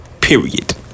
Period